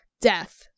death